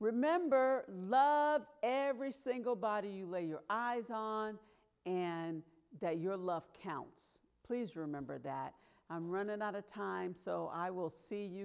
remember love every single body you lay your eyes on and that your love counts please remember that i'm running out of time so i will see you